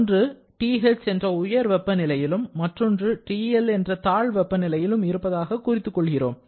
ஒன்று TH என்ற உயர் வெப்ப நிலையிலும் மற்றொன்று TL என்ற தாழ் வெப்ப நிலையிலும் இருப்பதாக குறித்து கொள்கிறோம்